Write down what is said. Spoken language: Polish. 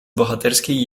bohaterskiej